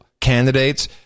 candidates